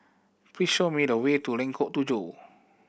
please show me the way to Lengkok Tujoh